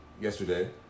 yesterday